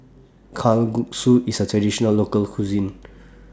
Kalguksu IS A Traditional Local Cuisine